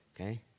okay